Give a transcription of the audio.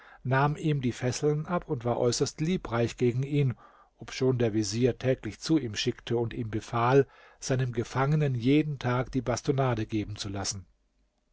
nahm ihm die fesseln ab und war äußerst liebreich gegen ihn obschon der vezier täglich zu ihm schickte und ihm befahl seinem gefangenen jeden tag die bastonnade geben zu lassen